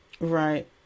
Right